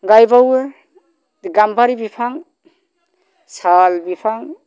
गायबावो गामबारि बिफां साल बिफां